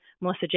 Melissa